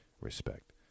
Respect